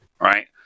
Right